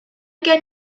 gen